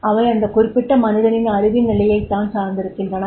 அவை அந்த குறிப்பிட்ட மனிதனின் அறிவின் நிலையைத்தான் சார்ந்திருக்கின்றன